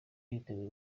yiteguye